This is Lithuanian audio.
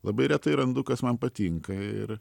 labai retai randu kas man patinka ir